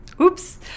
Oops